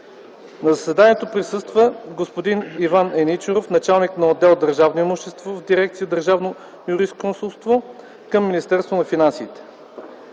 На заседанието присъства господин Иван Еничаров – началник на отдел „Държавно имущество” в дирекция „Държавно юрисконсулство” към Министерство на финансите.